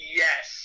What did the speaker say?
yes